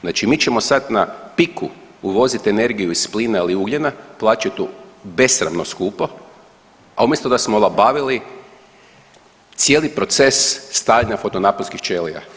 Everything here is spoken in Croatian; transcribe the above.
Znači mi ćemo sad na piku uvoziti energiju iz plina ili ugljena, plaćati to besramno skupo, a umjesto da smo olabavili cijeli proces stavljanja fotonaponskih ćelija.